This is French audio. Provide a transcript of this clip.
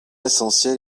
essentiel